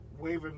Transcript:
waving